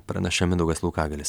praneša mindaugas laukagalis